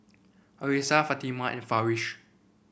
Arissa Fatimah and Farish